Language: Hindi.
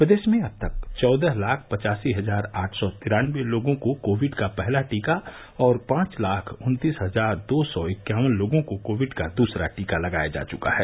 प्रदेश में अब तक चौदह लाख पचासी हजार आठ सौ तिरानबे लोगों को कोविड का पहला टीका और पांच लाख उन्तीस हजार दो सौ इक्यावन लोगों को कोविड का दूसरा टीका लगाया जा चुका है